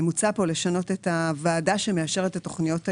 מוצע כאן לשנות את הוועדה שמאשרת את תוכניות ההימורים.